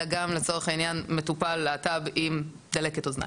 לצורך העניין, מטופל להט״ב עם דלקת אוזניים,